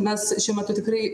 mes šiuo metu tikrai